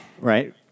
Right